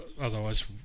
otherwise